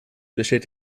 besteht